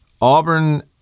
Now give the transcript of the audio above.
Auburn